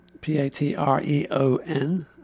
P-A-T-R-E-O-N